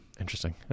interesting